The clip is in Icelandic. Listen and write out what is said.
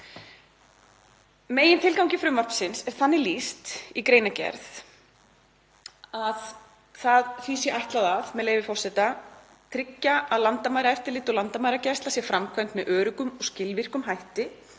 Megintilgangi frumvarpsins er þannig lýst í greinargerð að því sé ætlað að, með leyfi forseta, „tryggja að landamæraeftirlit og landamæragæsla sé framkvæmd með öruggum og skilvirkum hætti